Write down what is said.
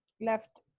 left